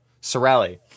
Sorelli